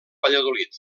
valladolid